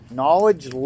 knowledge